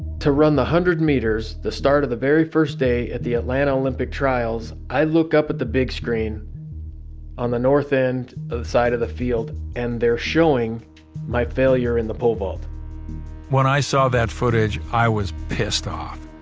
to run the one hundred meters, the start of the very first day at the atlanta olympic trials, i look up at the big screen on the north end of side of the field and they're showing my failure in the pole vault when i saw that footage, i was pissed off.